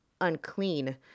unclean